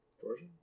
Georgia